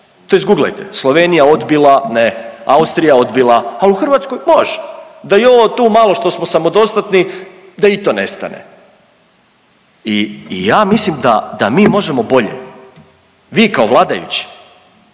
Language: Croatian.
To izguglajte Slovenija odbila ne, Austrija odbila, ali u Hrvatskoj može da i ovo tu malo što smo samodostatni da i to nestane. I ja mislim da mi možemo bolje. Vi kao vladajući,